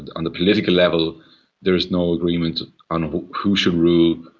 and on the political level there is no agreement on who should rule,